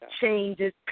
changes